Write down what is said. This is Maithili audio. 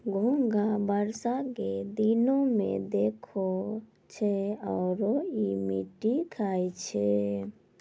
घोंघा बरसा के दिनोॅ में दिखै छै आरो इ मिट्टी खाय छै